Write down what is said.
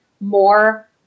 more